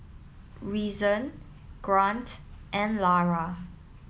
Reason Grant and Lara